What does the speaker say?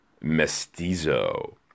Mestizo